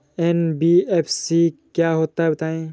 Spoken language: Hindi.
एन.बी.एफ.सी क्या होता है बताएँ?